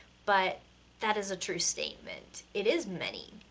but that is a true statement. it is many.